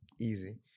easy